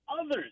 others